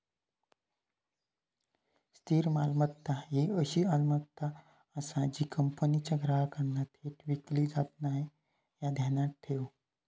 स्थिर मालमत्ता ही अशी मालमत्ता आसा जी कंपनीच्या ग्राहकांना थेट विकली जात नाय, ह्या ध्यानात ठेव